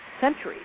centuries